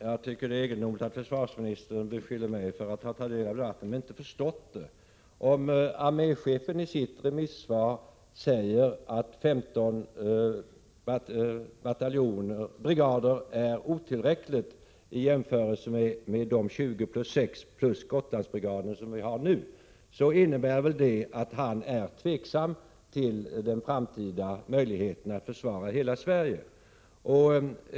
Herr talman! Det är egendomligt att försvarsministern beskyller mig för att ha tagit del av debatten men inte förstått den. Om arméchefen i sitt remissvar säger att 15 brigader är otillräckligt i jämförelse med de 20 plus 6 plus Gotlandsbrigaden som vi har nu, innebär väl det att han är tveksam till den framtida möjligheten att försvara hela Sverige.